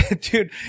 dude